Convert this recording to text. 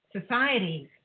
societies